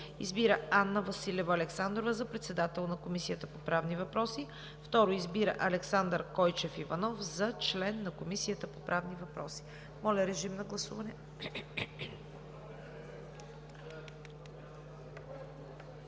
Избира Анна Василева Александрова за председател на Комисията по правни въпроси. 2. Избира Александър Койчев Иванов за член на Комисията по правни въпроси.“ Вносител е народният